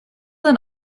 and